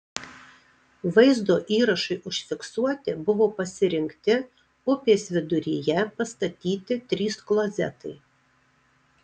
vaizdo įrašui užfiksuoti buvo pasirinkti upės viduryje pastatyti trys klozetai